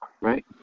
right